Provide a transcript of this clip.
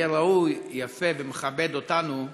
יהיה ראוי, יפה ומכבד אותנו,